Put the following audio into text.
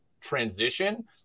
transition